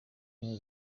ubumwe